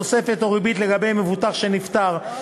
תוספת או ריבית לגבי מבוטח שנפטר,